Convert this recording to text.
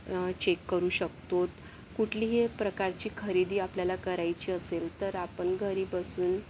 check करू शकतो कुठल्याही प्रकारची खरेदी आपल्याला करायची असेल तर आपण घरी बसून